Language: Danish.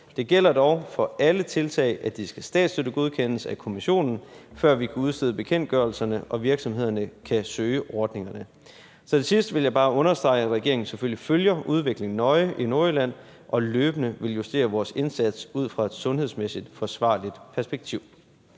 Det gælder dog for alle tiltag, at de skal statsstøttegodkendes af Kommissionen, før vi kan udstede bekendtgørelserne og virksomhederne kan søge ordningerne. Til sidst vil jeg bare understrege, at regeringen selvfølgelig følger udviklingen i Nordjylland nøje og løbende vil justere sin indsats ud fra et sundhedsmæssigt forsvarligt perspektiv.